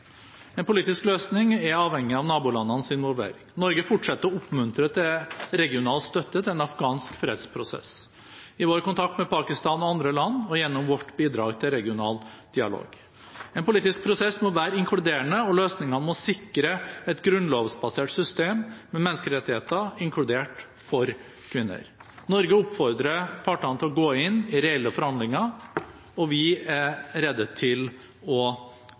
En politisk løsning er avhengig av nabolandenes involvering. Norge fortsetter å oppmuntre til regional støtte til en afghansk fredsprosess i vår kontakt med Pakistan og andre land og gjennom vårt bidrag til regional dialog. En politisk prosess må være inkluderende, og løsningene må sikre et grunnlovsbasert system med menneskerettigheter, inkludert for kvinner. Norge oppfordrer partene til å gå inn i reelle forhandlinger, og vi er rede til å